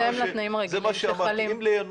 בהתאם לתנאים הרגילים שחלים --- זה מה שאמרתי,